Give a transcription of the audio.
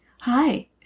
hi